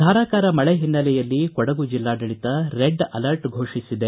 ಧಾರಾಕಾರ ಮಳೆ ಹಿನ್ನಲೆಯಲ್ಲಿ ಕೊಡಗು ಜಿಲ್ಲಾಡಳಿತ ರೆಡ್ ಆಲರ್ಟ್ ಫೋಷಿಸಿದೆ